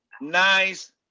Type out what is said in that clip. nice